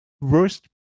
worst